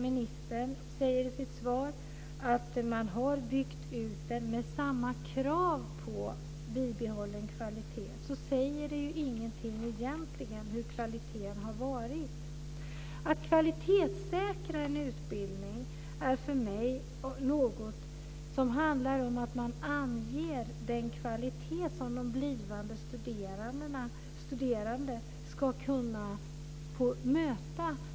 Ministern säger i sitt svar att man har byggt ut högskolan med krav på bibehållen kvalitet. Det säger egentligen ingenting om hur kvaliteten har varit. Att kvalitetssäkra en utbildning handlar för mig om att man anger den kvalitet som de blivande studerande ska kunna möta.